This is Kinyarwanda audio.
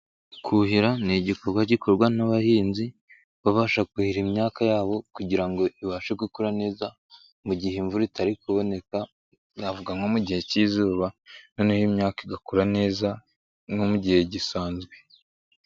Kuhira ni igikorwa gikorwa n'abahinzi babasha kuhira imyaka yabo kugira ngo ibashe gukura neza mu gihe imvura itari kuboneka navuga nko mu gihe cy'izuba noneho imyaka igakura neza ari nko mu gihe gisanzwe.